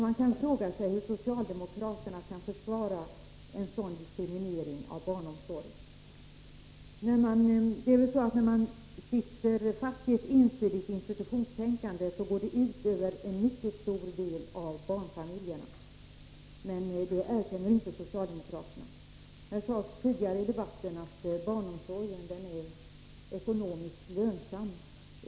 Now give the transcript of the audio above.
Man kan fråga sig hur socialdemokraterna kan försvara en sådan diskriminering i barnomsorgen. När man sitter fast i ett ensidigt institutionstänkande går det ut över en mycket stor del av barnfamiljerna. Men det erkänner inte socialdemokraterna. Det sades tidigare här i debatten att barnomsorgen är ekonomiskt lönsam.